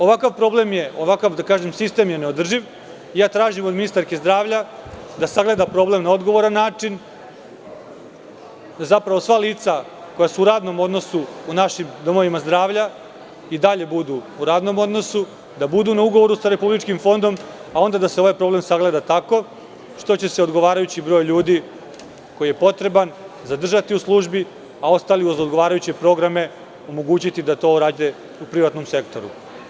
Ovakav sistem je neodrživ i tražim od ministarke zdravlja da sagleda problem na odgovoran način, da zapravo sva lica koja su u radnom odnosu u našim domovima zdravlja i dalje budu u radnom odnosu, da budu na ugovoru sa Republičkim fondom, a onda da se ovaj problem sagleda tako što će se odgovarajući broj ljudi koji je potreban zadržati u službi, a ostalima uz odgovarajuće programe omogućiti da to rade u privatnom sektoru.